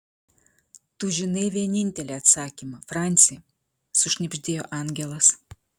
tu žinai vienintelį atsakymą franci sušnibždėjo angelas